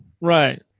right